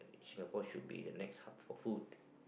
Singapore should be the next hub for food